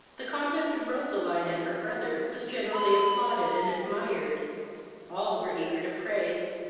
the conduct of roseline and her brother was generally applauded and admired all were eager to praise,